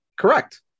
Correct